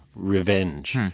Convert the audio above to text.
revenge.